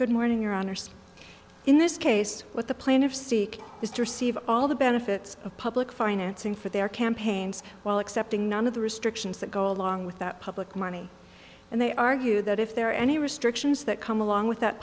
good morning your honor sir in this case what the plaintiffs seek mr save all the benefits of public financing for their campaigns while accepting none of the restrictions that go along with that public money and they argue that if there are any restrictions that come along with that